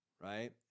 right